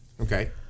Okay